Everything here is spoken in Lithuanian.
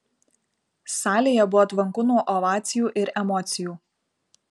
salėje buvo tvanku nuo ovacijų ir emocijų